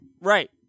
Right